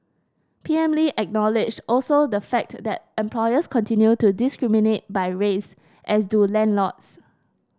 P M Lee acknowledged also the fact that employers continue to discriminate by race as do landlords